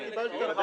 לא קיבלת.